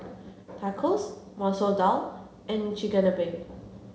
Tacos Masoor Dal and Chigenabe